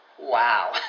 Wow